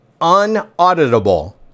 unauditable